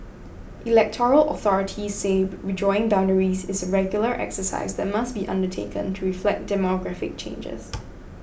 electoral authorities say redrawing boundaries is a regular exercise that must be undertaken to reflect demographic changes